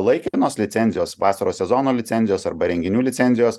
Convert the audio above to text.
laikinos licencijos vasaros sezono licencijos arba renginių licenzijos